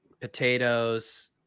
Potatoes